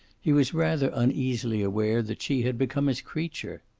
he was rather uneasily aware that she had become his creature.